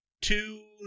two